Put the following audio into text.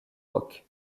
roques